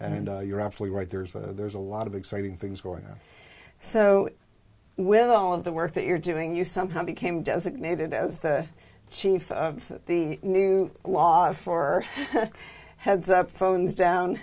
and you're absolutely right there's a there's a lot of exciting things going on so with all of the work that you're doing you somehow became designated as the chief of the new law for heads up phones down